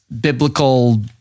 biblical